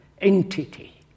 entity